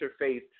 interface